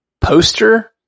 poster